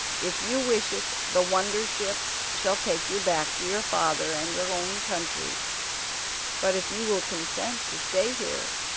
if you wish it, the wonder-ship shall take you back to your father and your own country but if you will consent to stay here,